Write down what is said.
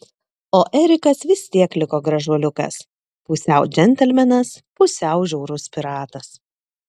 o erikas vis tiek liko gražuoliukas pusiau džentelmenas pusiau žiaurus piratas